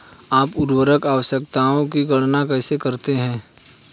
आप उर्वरक आवश्यकताओं की गणना कैसे करते हैं?